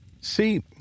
See